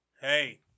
Hey